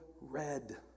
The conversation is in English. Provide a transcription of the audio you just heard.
red